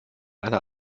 einer